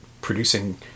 producing